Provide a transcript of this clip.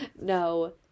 no